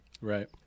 right